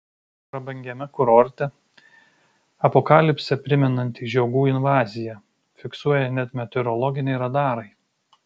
prabangiame kurorte apokalipsę primenanti žiogų invazija fiksuoja net meteorologiniai radarai